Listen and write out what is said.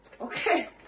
okay